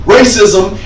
Racism